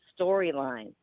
storyline